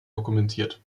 dokumentiert